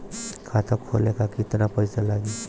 खाता खोले ला केतना पइसा लागी?